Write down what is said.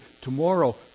tomorrow